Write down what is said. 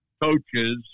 coaches